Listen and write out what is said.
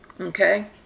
Okay